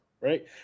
right